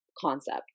concept